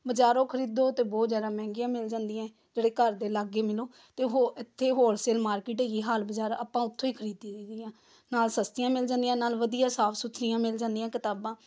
ਬਜ਼ਾਰੋਂ ਖਰੀਦੋ ਤਾਂ ਬਹੁਤ ਜ਼ਿਆਦਾ ਮਹਿੰਗੀਆਂ ਮਿਲ ਜਾਂਦੀਆਂ ਜਿਹੜੇ ਘਰ ਦੇ ਲਾਗੇ ਮੈਨੂੰ ਤਾਂ ਹੋ ਇੱਥੇ ਹੋਲਸੇਲ ਮਾਰਕੀਟ ਹੈਗੀ ਹਾਲ ਬਜ਼ਾਰ ਆਪਾਂ ਉੱਥੋਂ ਹੀ ਖਰੀਦੀ ਦੀਆਂ ਨਾਲ ਸਸਤੀਆਂ ਮਿਲ ਜਾਂਦੀਆਂ ਨਾਲ ਵਧੀਆ ਸਾਫ ਸੁਥਰੀਆਂ ਮਿਲ ਜਾਂਦੀਆਂ ਕਿਤਾਬਾਂ